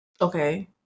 Okay